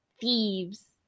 thieves